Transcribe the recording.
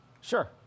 Sure